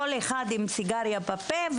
כל אחד עם סיגריה בפה,